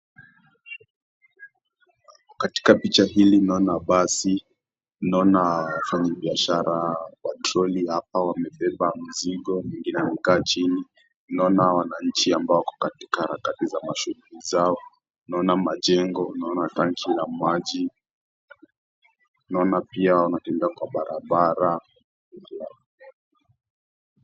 Katika picha hili naona basi, naona wafanyabiashara wa trolley hapa mwengine amebeba mizigi, mwengine amekaa chini na wananchi ambao wako katika harakati za mashughuli zao, naona majengo, naona tanki la maji, naona pia wanaotembea kwa barabara.